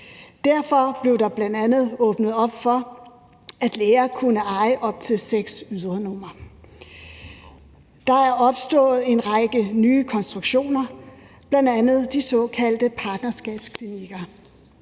Derfor blev der bl.a. åbnet op for, at læger kunne eje op til seks ydernumre. Der er opstået en række nye konstruktioner, bl.a. de såkaldte partnerskabsklinikker.